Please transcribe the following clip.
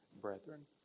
brethren